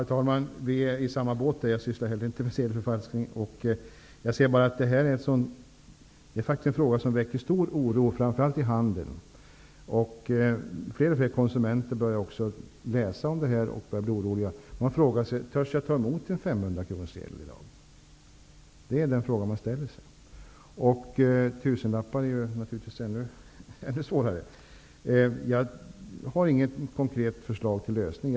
Herr talman! Vi är i samma båt. Jag sysslar inte heller med sedelförfalskning. Jag säger bara att det här är en fråga som faktiskt väcker stor oro, framför allt i handeln. Fler och fler konsumenter läser också om problemen och börjar bli oroliga. Man frågar sig om man törs ta emot en 500-kronorssedel. Problemet med tusenlappar är ännu större. Jag har inget konkret förslag till lösning.